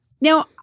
Now